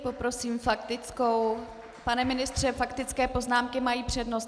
Poprosím faktickou pane ministře, faktické poznámky mají přednost.